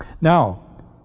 Now